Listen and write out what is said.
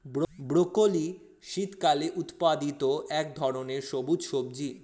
broccoli শীতকালে উৎপাদিত এক ধরনের সবুজ সবজি